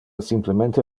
simplemente